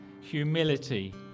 humility